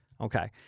Okay